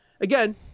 Again